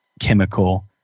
chemical